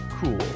cool